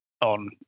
on